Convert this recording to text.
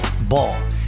Ball